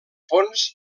fons